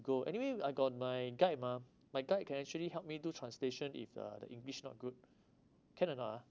go anyway I got my guide mah my guide can actually helped me do translation if uh the english not good can or not ah